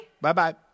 Bye-bye